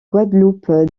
guadeloupe